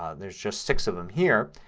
ah there's just six of them here.